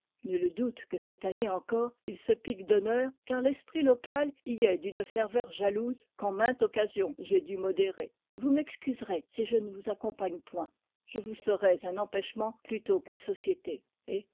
nul doute que cette année encore il se pique d'honneur car l'esprit local y est d'une ferveur jalouse qu'en mainte occasion j'ai dû modérer vous m'excuserez si je ne vous accompagne point je vous serais un empêchement plutôt qu'une société